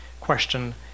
question